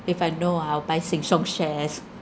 if I know ah I'll buy sheng siong shares